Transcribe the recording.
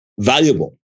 valuable